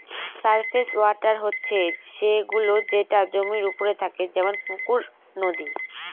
surface water হচ্ছে সে গুলো যেটা জমির ওপরে থাকে যেমন পুকুর, নদী